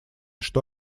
что